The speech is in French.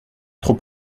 trop